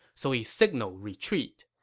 so he signaled retreat.